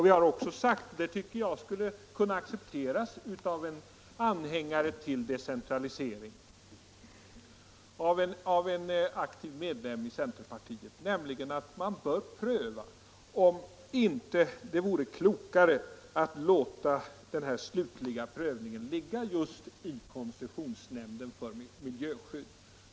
Vi har också sagt, och det tycker jag skulle kunna accepteras av en anhängare av decentralisering och en aktiv medlem av centerpartiet, att man bör pröva att låta den slutliga prövningen ligga hos koncessionsnämnden för miljöskydd.